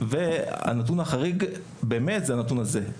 הנתון החריג באמת זה הנתון הזה.